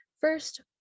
first